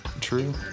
true